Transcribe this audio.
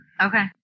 Okay